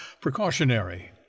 precautionary